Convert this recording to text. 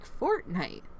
Fortnite